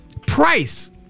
Price